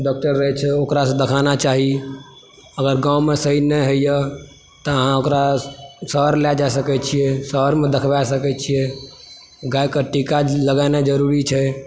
doctor रहै छै ओकरा सऽ दिखाना चाही अगर गावमे सही नहि होइया तऽ अहाँ ओकरा शहर लय जा सकै छियै शहर मे देखबाए सकैए छियै गाय के टीका लगेनाइ जरूरी छै